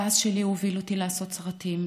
הכעס שלי הוביל אותי לעשות סרטים,